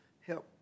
help